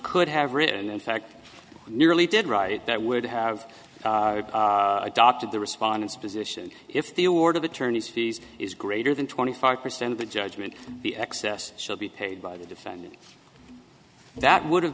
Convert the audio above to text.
could have written and in fact nearly did write that would have adopted the respondents position if the award of attorney's fees is greater than twenty five percent of the judgment the excess should be paid by the defendant that would have